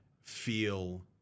feel